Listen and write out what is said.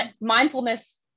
mindfulness